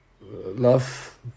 love